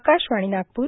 Akashvani Nagpur